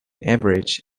average